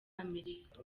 amerika